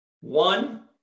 One